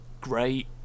great